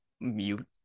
mute